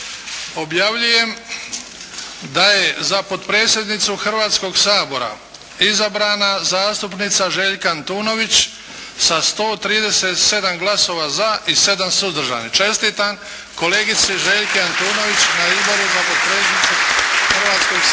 Objavljujem da je za potpredsjednicu Hrvatskoga sabora izabrana zastupnica Željka Antunović sa 137 glasova za i 7 suzdržanih. Čestitam kolegici Željki Antunović na izboru za potpredsjednicu Hrvatskoga sabora